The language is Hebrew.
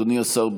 אדוני השר,